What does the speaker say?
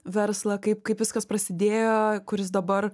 verslą kaip kaip viskas prasidėjo kur jis dabar